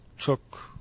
took